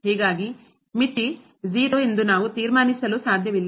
ಹೀಗಾಗಿ ಮಿತಿ 0 ಎಂದು ನಾವು ತೀರ್ಮಾನಿಸಲು ಸಾಧ್ಯವಿಲ್ಲ